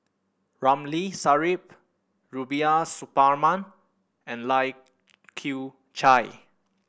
Ramli Sarip Rubiah Suparman and Lai Kew Chai